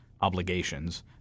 obligations